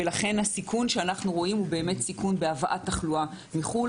הסיכון שאנחנו רואים הוא סיכון בהבאת תחלואה מחו"ל,